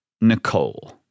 Nicole